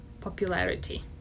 popularity